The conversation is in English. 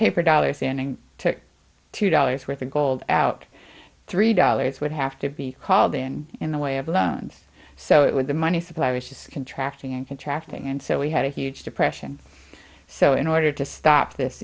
paper dollars standing to two dollars worth of gold out three dollars would have to be called in in the way of loans so it would the money supply was just contract and contracting and so we had a huge depression so in order to stop this